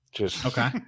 Okay